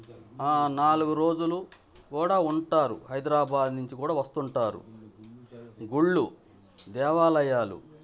నాలుగు రోజులు కూడా ఉంటారు హైదరాబాదు నుంచి కూడా వస్తుంటారు గుళ్ళు దేవాలయాలు